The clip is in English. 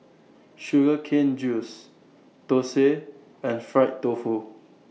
Sugar Cane Juice Thosai and Fried Tofu